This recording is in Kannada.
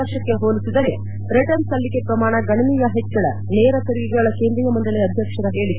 ವರ್ಷಕ್ಕೆ ಹೋಲಿಸಿದರೆ ರಿಟರ್ನ್ಸ್ ಸಲ್ತಿಕೆ ಪ್ರಮಾಣ ಗಣನೀಯ ಹೆಚ್ಚಳ ನೇರ ತೆರಿಗೆಗಳ ಕೇಂದ್ರೀಯ ಮಂಡಳಿ ಅಧ್ಯಕ್ಷರ ಹೇಳಿಕೆ